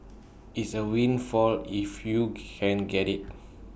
it's A windfall if you can get IT